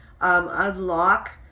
unlock